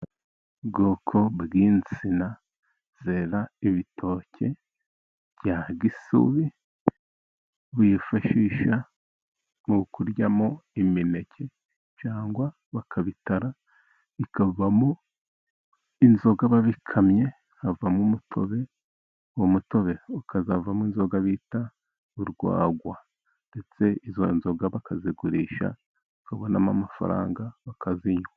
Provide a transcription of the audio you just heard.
Ubwoko bw'insina zera ibitoke bya gisubi, bifashisha mu kuryamo imineke, cyangwa bakabitara bikavamo inzoga, babikamye havamo umutobe uwo mutobe ukazavamo inzoga bita Urwagwa, ndetse izo nzoga bakazigurisha ukabonamo amafaranga bakazinywa.